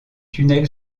tunnel